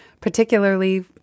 particularly